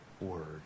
word